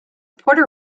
puerto